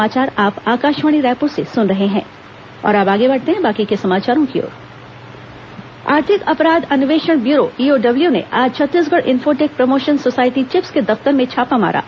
chips EOW जांच आर्थिक अपराध अन्वेषण ब्यूरो ईओडब्ल्यू ने आज Chhattisgarh Infotech Promotion Society CHiPS के दफ्तर में छापा मारा